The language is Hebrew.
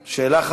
השאלה,